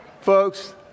folks